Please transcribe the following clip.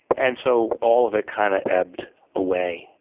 and so all of it kind of ebbed away.